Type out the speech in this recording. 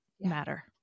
matter